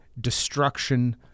destruction